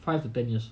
five to ten years